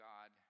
God